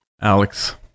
Alex